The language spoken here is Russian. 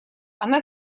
она